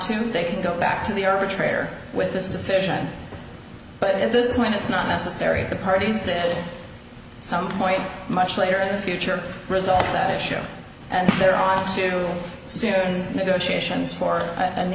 to they can go back to the arbitrator with this decision but at this point it's not necessary if the parties did some point much later in the future results that show and they're all too soon negotiations for an